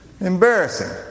Embarrassing